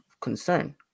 concern